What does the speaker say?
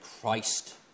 Christ